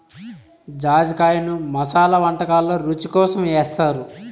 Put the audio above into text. జాజికాయను మసాలా వంటకాలల్లో రుచి కోసం ఏస్తారు